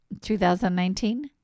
2019